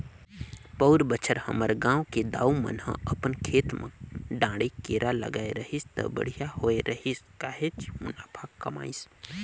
पउर बच्छर हमर गांव के दाऊ मन ह अपन खेत म डांड़े केरा लगाय रहिस त बड़िहा होय रहिस काहेच मुनाफा कमाइस